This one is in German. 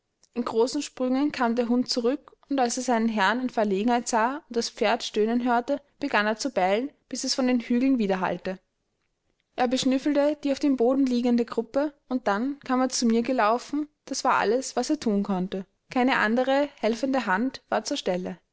in großen sprüngen kam der hund zurück und als er seinen herrn in verlegenheit sah und das pferd stöhnen hörte begann er zu bellen bis es von den hügeln widerhallte er beschnüffelte die auf dem boden liegende gruppe und dann kam er zu mir gelaufen das war alles was er thun konnte keine andere helfende hand war zur stelle